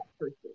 person